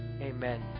Amen